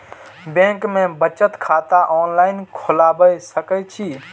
Bank में बचत खाता ऑनलाईन खोलबाए सके छी?